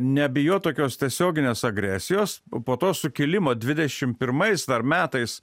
nebijot tokios tiesioginės agresijos po to sukilimo dvidešim pirmais metais